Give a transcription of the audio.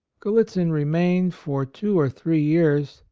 gallitzin remained for two or three years,